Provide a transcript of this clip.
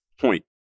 point